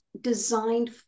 designed